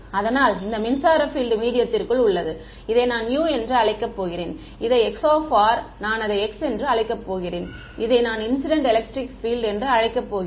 அதனால் இந்த மின்சார பீல்ட் மீடியத்திற்குள் உள்ளது இதை நான் u என்று அழைக்கப் போகிறேன் இதை 𝟀 நான் அதை x என்று அழைக்கப் போகிறேன் இதை நான் இன்சிடென்ட் எலக்ட்ரிக் பீல்ட் என்று அழைக்க போகிறேன்